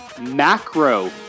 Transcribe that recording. macro